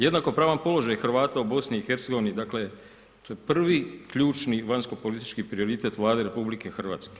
Jednakopravan položaj Hrvata u BiH-u, dakle to je prvi ključni vanjsko-politički prioritet Vlade RH.